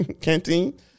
canteen